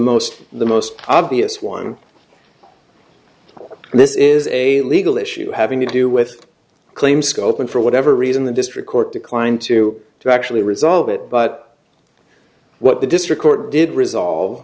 most the most obvious one and this is a legal issue having to do with claims scope and for whatever reason the district court declined to to actually resolve it but what the district court did resolve